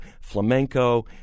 flamenco